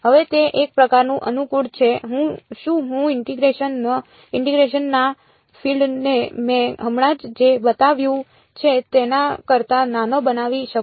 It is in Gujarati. હવે તે એક પ્રકારનું અનુકૂળ છે શું હું ઇન્ટીગ્રેશન ના ફીલ્ડ ને મેં હમણાં જે બતાવ્યું છે તેના કરતા નાનો બનાવી શકું